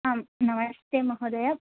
आम् नमस्ते महोदय